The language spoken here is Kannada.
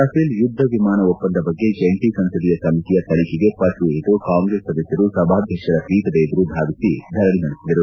ರಫೇಲ್ ಯುದ್ದ ವಿಮಾನ ಒಪ್ಪಂದ ಬಗ್ಗೆ ಜಂಟಿ ಸಂಸದೀಯ ಸಮಿತಿಯ ತನಿಖೆಗೆ ಪಟ್ಲು ಹಿಡಿದು ಕಾಂಗ್ರೆಸ್ ಸದಸ್ನರು ಸಭಾಧ್ಯಕ್ಷರ ಪೀಠದ ಎದುರು ಧಾವಿಸಿ ಧರಣಿ ನಡೆಸಿದರು